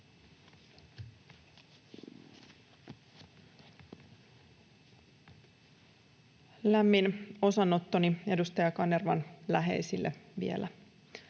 Lämmin osanotto edustaja Ilkka Kanervan läheisille.